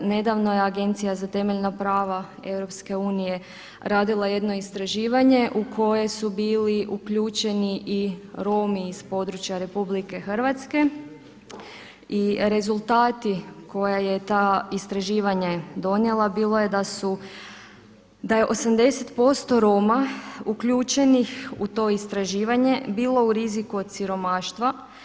Nedavno je Agencija za temeljna prava EU radila jedno istraživanje u koje su bili uključeni i Romi iz područja RH i rezultati koje je to istraživanje donijelo bilo je da su, da je 80% Roma uključenih u to istraživanje bilo u riziku od siromaštva.